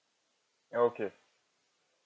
okay